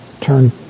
turn